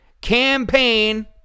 campaign